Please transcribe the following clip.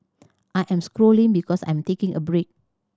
I am scrolling because I am taking a break